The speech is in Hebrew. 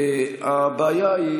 הבעיה היא